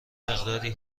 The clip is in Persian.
مقداری